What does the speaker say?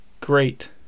great